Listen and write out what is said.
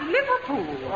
Liverpool